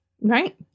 Right